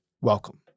Welcome